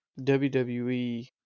wwe